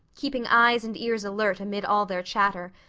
keeping eyes and ears alert amid all their chatter,